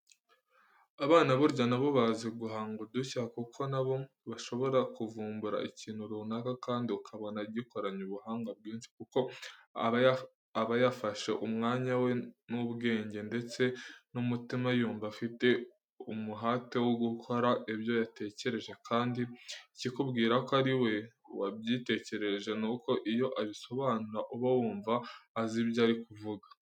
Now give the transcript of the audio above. Abana burya na bo bazi guhanga udushya kuko na bo bashobora kuvumbura ikintu runaka kandi ukabona gikoranye ubuhanga bwinshi kuko aba yafashe umwanya we n'ubwenge ndetse n'umutima yumva afite umuhate wo gukora ibyo yatekereje kandi ikikubwira ko ari we wabyitekerereje n'uko iyo abisobanura uba wumva azi ibyo ari kuvuga.